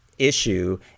issue